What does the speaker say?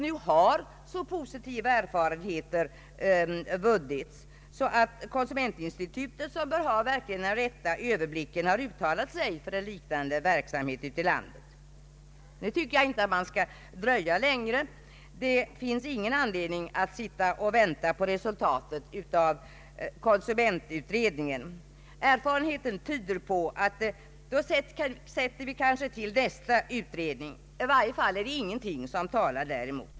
Nu har så positiva erfarenheter vunnits, att konsumentinstitutet, som bör ha den rätta överblicken, uttalat sig för en liknande verksamhet ute i landet. Jag tycker inte att man skall dröja längre; det finns ingen anledning att sitta och vänta på resultatet av den nu sittande konsumentutredningen. Erfarenheten tyder på att när den är färdig sätts ännu en utredning till. I varje fall är det ingenting som talar däremot.